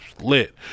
lit